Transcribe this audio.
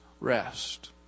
rest